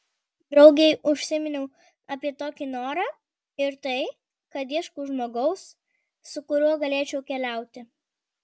draugei užsiminiau apie tokį norą ir tai kad ieškau žmogaus su kuriuo galėčiau keliauti